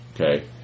Okay